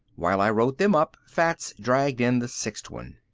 while i wrote them up fats dragged in the sixth one.